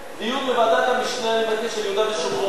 דיון בוועדת המשנה על יהודה ושומרון.